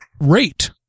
rate